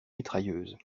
mitrailleuses